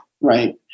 right